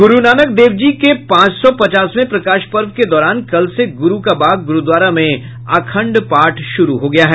गुरू नानक देव जी के पांच सौ पचासवें प्रकाश पर्व के दौरान कल से गुरू का बाग गुरूद्वारा में अखंड पाठ शुरू हो गया है